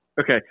Okay